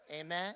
Amen